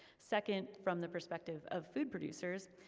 second from the perspective of food producers,